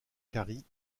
carrie